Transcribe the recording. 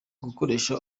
gukoresha